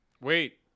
Wait